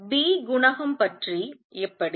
B குணகம் பற்றி எப்படி